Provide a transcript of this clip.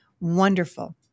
Wonderful